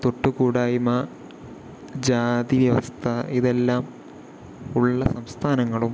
തൊട്ട് കൂടായ്മ ജാതി വ്യവസ്ഥ ഇതെല്ലാം ഉള്ള സംസ്ഥാനങ്ങളും